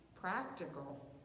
practical